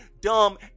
dumb